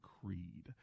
Creed